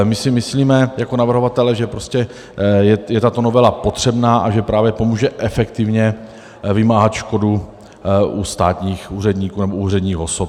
My si myslíme, jako navrhovatelé, že prostě je tato novela potřebná a že právě pomůže efektivně vymáhat škodu u státních úředníků nebo u úředních osob.